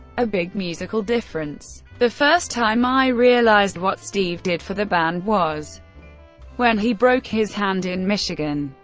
a big musical difference. the first time i realized what steve did for the band was when he broke his hand in michigan.